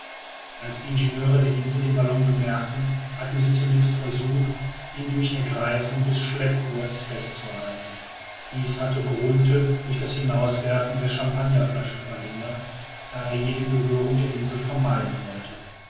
als die ingenieure der insel den ballon bemerkten hatten sie zunächst versucht ihn durch ergreifung des schleppgurts festzuhalten dies hatte grunthe durch das hinauswerfen der champagnerflaschen verhindert da er jede berührung der insel vermeiden wollte